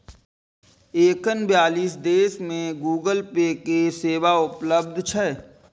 एखन बियालीस देश मे गूगल पे के सेवा उपलब्ध छै